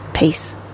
Peace